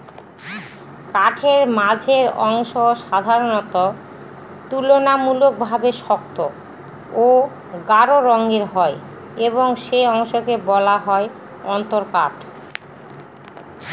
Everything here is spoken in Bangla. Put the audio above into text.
কাঠের মাঝের অংশ সাধারণত তুলনামূলকভাবে শক্ত ও গাঢ় রঙের হয় এবং এই অংশকে বলা হয় অন্তরকাঠ